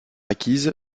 acquise